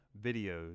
videos